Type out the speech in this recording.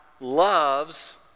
loves